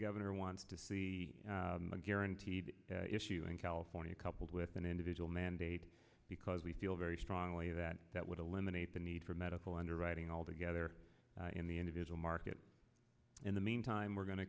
governor wants to see a guaranteed issue in california coupled with an individual mandate because we feel very strongly that that would eliminate the need for medical underwriting altogether in the individual market in the meantime we're going to